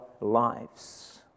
lives